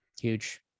Huge